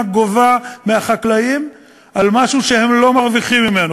גובה מהחקלאים על משהו שהם לא מרוויחים ממנו.